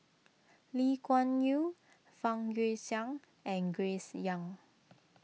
Lee Kuan Yew Fang Guixiang and Grace Young